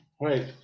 right